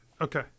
Okay